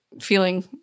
feeling